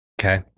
Okay